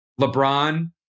LeBron